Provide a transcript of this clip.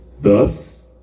Thus